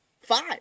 five